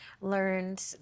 learned